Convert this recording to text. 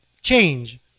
change